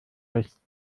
rechts